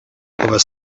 over